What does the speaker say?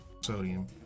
sodium